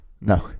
No